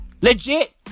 Legit